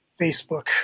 Facebook